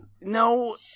No